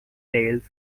nails